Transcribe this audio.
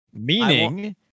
Meaning